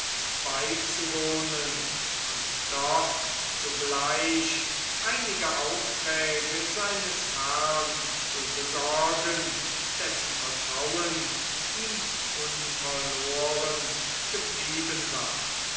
beizuwohnen und dort zugleich einige aufträge seines herrn zu besorgen dessen vertrauen ihm unverloren geblieben war